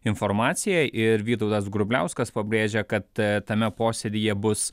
informaciją ir vytautas grubliauskas pabrėžia kad tame posėdyje bus